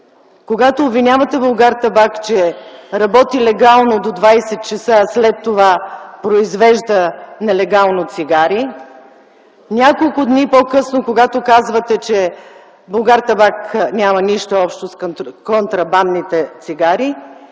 когато обвинявате „Булгартабак”, че работи легално до 20,00 ч., а след това произвежда нелегално цигари; няколко дни по късно, когато казвате, че „Булгартабак” няма нищо общо с контрабандните цигари;